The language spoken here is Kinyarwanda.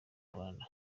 rwanda